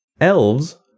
elves